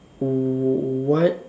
what